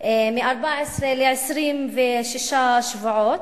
מ-14 ל-26 שבועות,